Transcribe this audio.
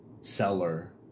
seller